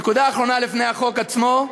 נקודה אחרונה לפני החוק עצמו: